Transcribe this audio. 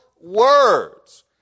words